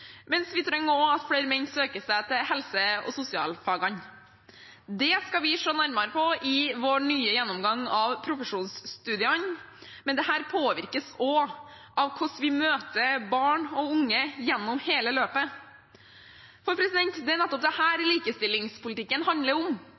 vi trenger også at flere menn søker seg til helse- og sosialfagene. Det skal vi se nærmere på i vår nye gjennomgang av profesjonsstudiene, men dette påvirkes også av hvordan vi møter barn og unge gjennom hele løpet. Det er nettopp dette likestillingspolitikken handler om. Likestillingspolitikken handler om hver eneste beslutning vi tar, og det